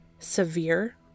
severe